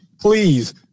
Please